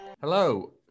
Hello